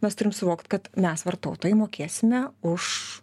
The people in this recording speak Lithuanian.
mes turim suvokt kad mes vartotojai mokėsime už